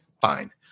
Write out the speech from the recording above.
fine